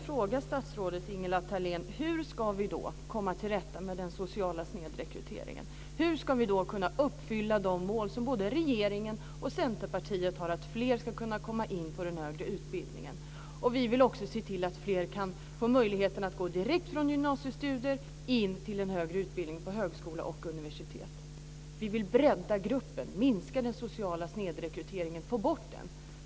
Fru talman! Hur ska vi komma till rätta med den sociala snedrekryteringen, statsrådet Ingela Thalén? Hur ska vi kunna uppfylla de mål som både regeringen och Centerpartiet har att fler ska komma in på högre utbildningar? Vi vill också se till att fler får möjlighet att gå direkt från gymnasiestudier till en högre utbildning på högskola och universitet. Vi vill bredda gruppen, minska den sociala snedrekryteringen, få bort den.